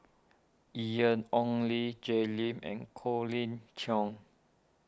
Ian Ong Li Jay Lim and Colin Cheong